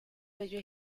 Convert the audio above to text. bello